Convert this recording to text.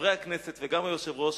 חברי הכנסת וגם היושב-ראש